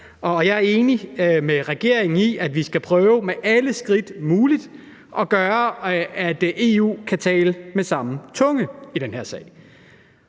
Jeg er enig med regeringen i, at vi skal prøve at tage alle de mulige skridt for, at EU kan tale med en stemme i den her sag.